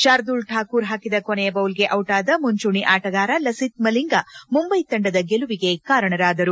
ಶಾರ್ದೂಲ್ ಠಾಕೂರ್ ಹಾಕಿದ ಕೊನೆಯ ಬಾಲ್ಗೆ ದಿಟಾದ ಮುಂಚೂಣಿ ಆಟಗಾರ ಲಸಿತ್ ಮಲಿಂಗಾ ಮುಂಬೈ ತಂಡದ ಗೆಲುವಿಗೆ ಕಾರಣರಾದರು